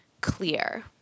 clear